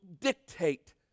dictate